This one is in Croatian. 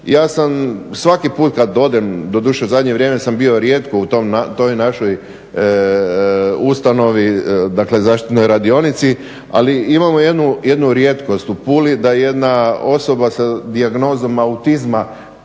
Ja sam svaki put kad odem, doduše zadnje vrijeme sam bio rijetko u toj našoj ustanovi, dakle zaštitnoj radionici, ali imamo jednu rijetkost u Puli, da je jedna osoba sa dijagnozom autizma